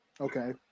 Okay